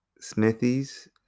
Smithies